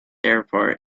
airport